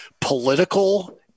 political